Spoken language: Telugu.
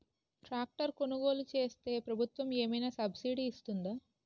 ట్రాక్టర్ కొనుగోలు చేస్తే ప్రభుత్వం ఏమైనా సబ్సిడీ ఇస్తుందా?